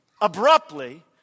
abruptly